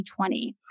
2020